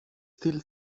still